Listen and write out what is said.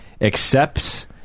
Accepts